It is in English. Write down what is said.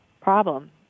problem